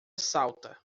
salta